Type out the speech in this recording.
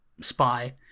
spy